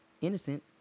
innocent